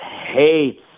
hates